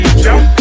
jump